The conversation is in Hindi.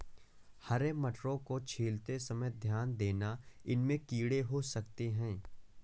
हरे मटरों को छीलते समय ध्यान देना, इनमें कीड़े हो सकते हैं